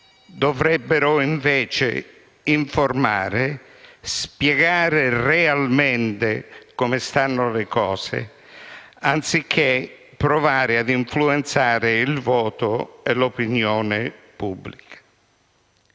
Dovrebbero invece informare, spiegare realmente come stanno le cose, anziché provare a influenzare il voto e l'opinione pubblica.